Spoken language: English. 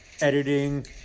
editing